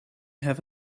have